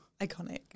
Iconic